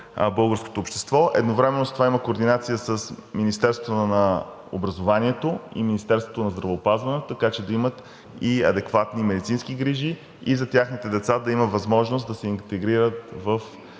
българското общество. Едновременно с това има координация с Министерството на образованието и Министерството на здравеопазването, така че да имат и адекватни медицински грижи и за техните деца да има възможност да се интегрират в